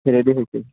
ready হৈছে